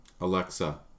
Alexa